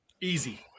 Easy